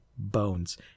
Bones